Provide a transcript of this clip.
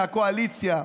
מהקואליציה,